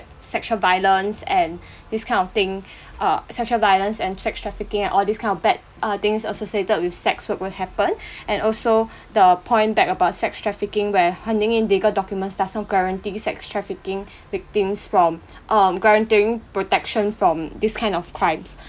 sexual violence and this kind of thing uh sexual violence and sex trafficking and all these kind of bad uh things associated with sex which would happen and also the point that about sex trafficking where handing in legal documents doesn't guarantee sex trafficking victims from um guaranteeing protection from this kind of crimes